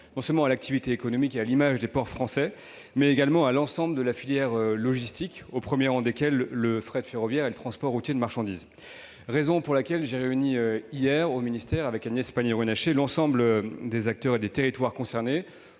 non seulement à l'activité économique et à l'image des ports français, mais également à l'ensemble de la filière logistique, au premier rang desquels le fret ferroviaire et le transport routier de marchandises. C'est la raison pour laquelle j'ai réuni hier au ministère, avec Agnès Pannier-Runacher, l'ensemble des acteurs et des territoires concernés,